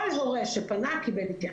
כל הורה שפנה קיבל התייחסות.